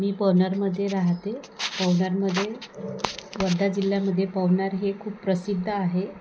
मी पवनारमध्ये राहते पवनारमध्ये वर्धा जिल्ह्यामध्ये पवनार हे खूप प्रसिद्ध आहे